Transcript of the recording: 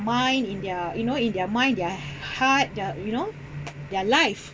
mind in their you know in their mind their heart their you know their life